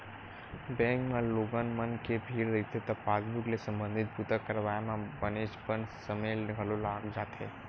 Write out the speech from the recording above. bank म लोगन मन के भीड़ रहिथे त पासबूक ले संबंधित बूता करवाए म बनेचपन समे घलो लाग जाथे